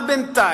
אבל בינתיים,